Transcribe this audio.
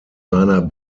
seiner